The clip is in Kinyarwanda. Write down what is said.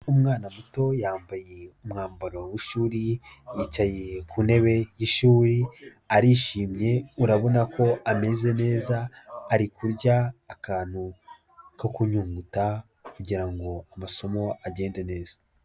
Umwana muto yambaye umwambaro w'ishuri, yicaye ku ntebe y'ishuri, arishimye urabona ko ameze neza, ari kurya akantu ko kunyunguta kugira ngo amasomo agende neza.